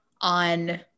on